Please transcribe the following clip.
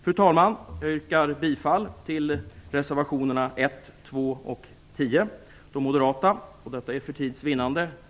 Fru talman! Jag yrkar bifall till de moderata reservationerna 1, 2 och 10; detta för tids vinnande.